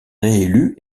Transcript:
réélu